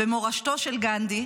במורשתו של גנדי,